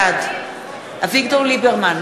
בעד אביגדור ליברמן,